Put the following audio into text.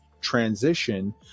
transition